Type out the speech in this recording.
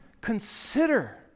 consider